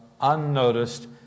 unnoticed